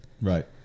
Right